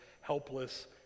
helpless